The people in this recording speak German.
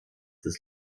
des